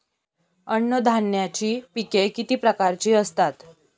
अन्नधान्याची पिके किती प्रकारची असतात?